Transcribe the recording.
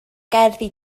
gerddi